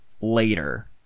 later